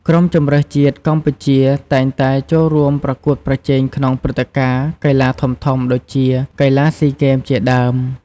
ក្រុមជម្រើសជាតិកម្ពុជាតែងតែចូលរួមប្រកួតប្រជែងក្នុងព្រឹត្តិការណ៍កីឡាធំៗដូចជា កីឡាស៊ីហ្គេម ជាដើម។